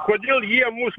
kodėl jie mus